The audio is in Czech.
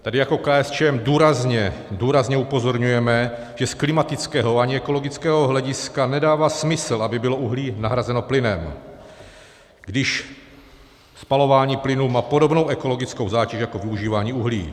Tady jako KSČM důrazně, důrazně upozorňujeme, že z klimatického ani ekologického hlediska nedává smysl, aby bylo uhlí nahrazeno plynem, když spalování plynu má podobnou ekologickou zátěž jako využívání uhlí.